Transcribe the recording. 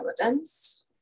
evidence